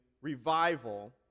revival